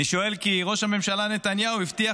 אני שואל כי ראש הממשלה נתניהו הבטיח